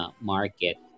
market